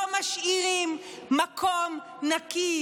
לא משאירים מקום נקי,